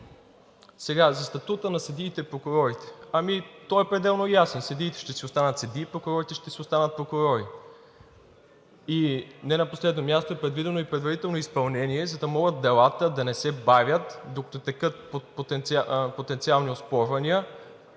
За статута на съдиите и прокурорите. Той е пределно ясен. Съдиите ще си останат съдии, прокурорите ще си останат прокурори. Не на последно място е предвидено и предварително изпълнение, за да могат делата да не се бавят, докато текат потенциални оспорвания,